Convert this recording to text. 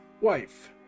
wife